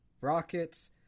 Rockets